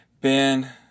ben